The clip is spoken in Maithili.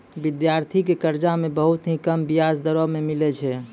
विद्यार्थी के कर्जा मे बहुत ही कम बियाज दरों मे मिलै छै